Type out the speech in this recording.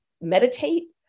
meditate